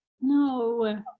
No